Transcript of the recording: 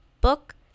Book